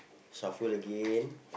shuffle again